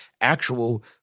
actual